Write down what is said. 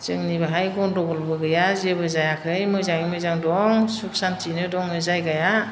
जोंनि बेवहाय गन्द'गलबो गैया जेबो जायाखै मोजांयै मोजां दं सुख सान्थियैनो दं जायगाया